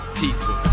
people